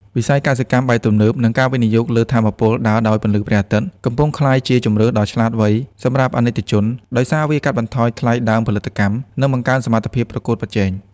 វិស័យ កសិកម្មបែបទំនើប និងការវិនិយោគលើ ថាមពលដើរដោយពន្លឺព្រះអាទិត្យ កំពុងក្លាយជាជម្រើសដ៏ឆ្លាតវៃសម្រាប់អាណិកជន ដោយសារវាជួយកាត់បន្ថយថ្លៃដើមផលិតកម្ម និងបង្កើនសមត្ថភាពប្រកួតប្រជែង។